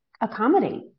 accommodate